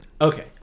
okay